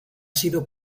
sido